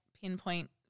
pinpoint